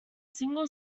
single